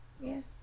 yes